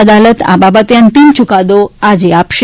અદાલત આ બાબતે અંતિમ ચૂકાદો આજે આપશે